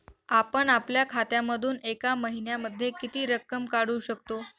आपण आपल्या खात्यामधून एका महिन्यामधे किती रक्कम काढू शकतो?